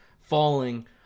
falling